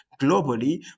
globally